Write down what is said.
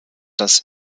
das